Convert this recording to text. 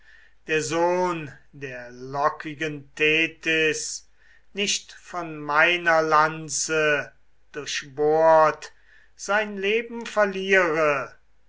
der sohn der lockigen thetys nicht von meiner lanze durchbohrt sein leben verliere